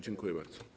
Dziękuję bardzo.